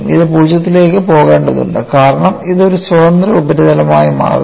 ഇത് 0 ലേക്ക് പോകേണ്ടതുണ്ട് കാരണം ഇത് ഒരു സ്വതന്ത്ര ഉപരിതലമായി മാറുന്നു